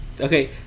okay